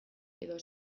edo